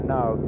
Now